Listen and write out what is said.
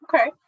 Okay